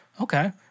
Okay